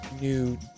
new